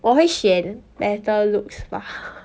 我会选 better looks 吧